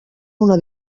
una